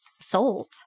sold